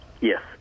yes